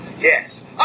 Yes